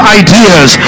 ideas